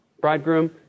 bridegroom